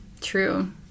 true